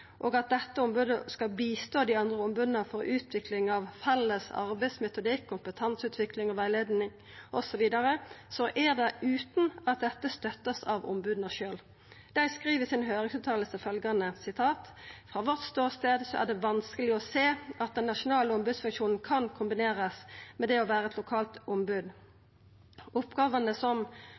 og at dette ombodet skal bistå dei andre omboda i utviklinga av ein felles arbeidsmetodikk, kompetanseutvikling, rettleiing osv., er det utan at dette er støtta av omboda sjølve. Dei skriv i høyringsfråsegna: «Fra vårt ståsted er det vanskelig å se at den nasjonale ombudsfunksjonen kan kombineres med det å være lokalt ombud. Oppgavene som